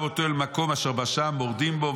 אותו במקום אשר בא שם --- מורדים בו",